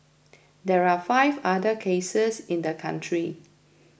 there are five other cases in the country